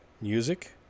music